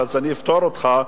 ואז אני אפטור אותך,